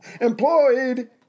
Employed